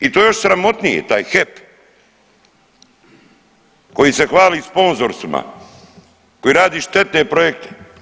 I to je još sramotnije taj HEP koji se hvali sponzorstvima, koji radi štetne projekte.